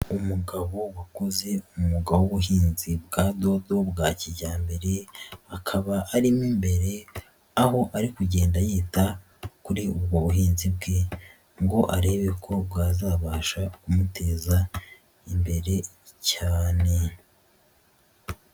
Umugabo wakoze umwuga w'ubuhinzi bwa dodo bwa kijyambere, akaba arimo imbere aho ari kugenda yita kuri ubwo buhinzi bwe ngo arebe ko bwazabasha kumuteza imbere cyane.